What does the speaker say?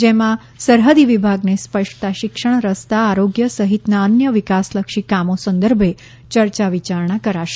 જેમાં સરહદી વિભાગને સપર્શતા શિક્ષણ રસ્તા આરોગ્ય સહિતના અન્ય વિકાસલક્ષી કામો સંદર્ભે ચર્ચા વિચારણા કરાશે